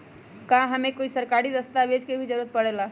का हमे कोई सरकारी दस्तावेज के भी जरूरत परे ला?